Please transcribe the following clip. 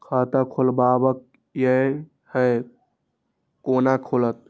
खाता खोलवाक यै है कोना खुलत?